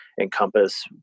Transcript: encompass